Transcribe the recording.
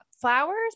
Flowers